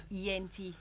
ENT